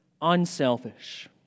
unselfish